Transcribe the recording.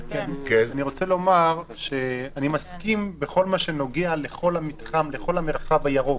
אני מסכים בכל מה שנוגע לכל המרחב הירוק,